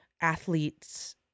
athletes